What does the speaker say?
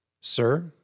Sir